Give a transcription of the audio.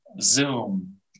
Zoom